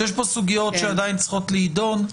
שיש פה סוגיות שעדיין צריכות להידון,